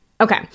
okay